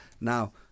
Now